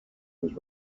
was